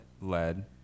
led